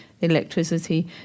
electricity